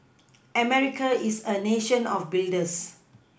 America is a nation of builders